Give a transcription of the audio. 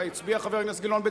והצביע חבר הכנסת גילאון,